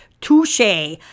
Touche